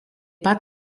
pat